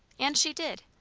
and she did.